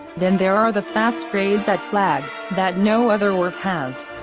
then there are the fast grades at flag, that no other org has.